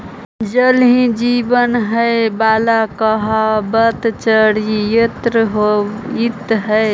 जल ही जीवन हई वाला कहावत चरितार्थ होइत हई